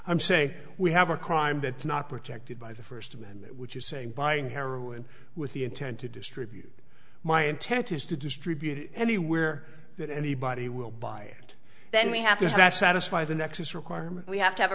i'm say we have a crime that's not protected by the first amendment which is saying buying heroin with the intent to distribute my intent is to distribute it anywhere that anybody will buy it then we have to say that satisfy the nexus requirement we have to have a